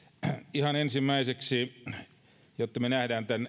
ihan ensimmäiseksi jotta me näemme tämän